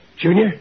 Junior